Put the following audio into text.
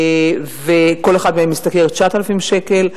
כל אחד מהם משתכר 9,000 שקל.